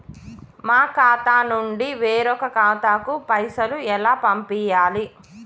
మా ఖాతా నుండి వేరొక ఖాతాకు పైసలు ఎలా పంపియ్యాలి?